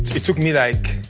it took me, like,